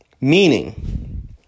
Meaning